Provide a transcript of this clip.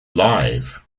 live